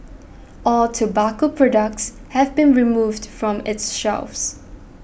all tobacco products have been removed from its shelves